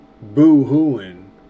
boo-hooing